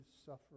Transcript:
suffering